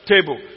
table